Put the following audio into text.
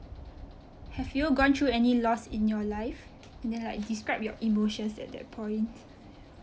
have you gone through any loss in your life and then like describe your emotions at that point